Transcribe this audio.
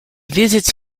visits